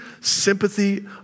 sympathy